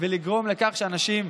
ולגרום לכך שאנשים,